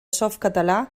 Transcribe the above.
softcatalà